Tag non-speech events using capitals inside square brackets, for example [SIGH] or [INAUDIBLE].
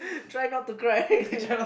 try not to cry [LAUGHS]